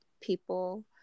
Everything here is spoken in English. people